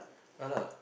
ya lah